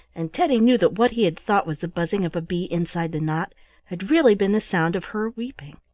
and teddy knew that what he had thought was the buzzing of a bee inside the knot had really been the sound of her weeping.